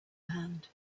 hand